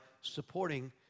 supporting